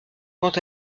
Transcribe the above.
quant